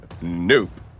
Nope